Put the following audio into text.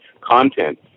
content